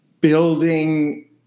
building